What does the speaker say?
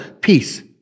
peace